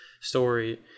story